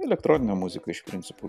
elektroninė muzika iš principo